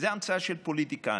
זו המצאה של פוליטיקאים.